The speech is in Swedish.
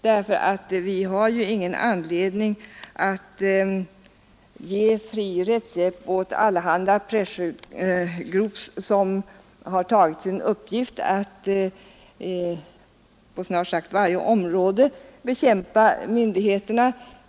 Det finns ingen anledning att ge fri rättshjälp åt allehanda pressure groups, som har tagit till sin uppgift att på snart sagt varje område bekämpa myndigheterna.